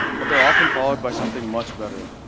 but they're often followed by something much better.